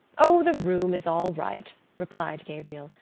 o, the room is all right, replied gabriel.